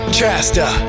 Chasta